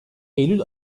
eylül